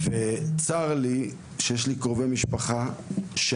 וצר לי שיש לי קרובי משפחה מדרום הארץ,